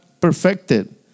perfected